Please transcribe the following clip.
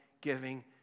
giving